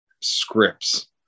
scripts